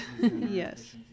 Yes